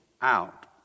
out